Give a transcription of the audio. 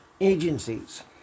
agencies